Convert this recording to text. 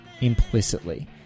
implicitly